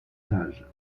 âge